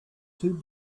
two